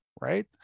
right